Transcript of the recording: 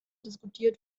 diskutiert